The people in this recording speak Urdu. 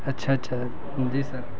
اچھا اچھا جی سر